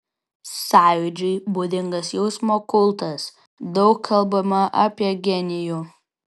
sąjūdžiui būdingas jausmo kultas daug kalbama apie genijų